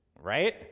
right